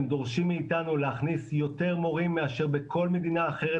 הם דורשים מאיתנו להכניס יותר מורים מאשר בכל מדינה אחרת